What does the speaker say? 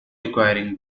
requiring